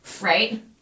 right